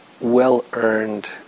well-earned